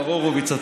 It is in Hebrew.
מר הורוביץ,